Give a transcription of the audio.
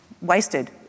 wasted